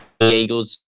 Eagles